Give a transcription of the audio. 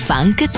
Funk